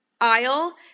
aisle